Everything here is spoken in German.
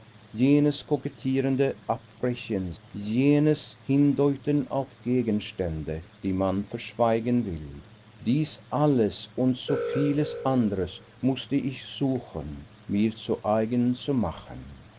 jenes kokettierende abbrechen jenes hindeuten auf gegenstände die man verschweigen will dies alles und so vieles andere mußte ich suchen mir zu eigen zu machen